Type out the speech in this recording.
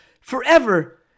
forever